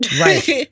Right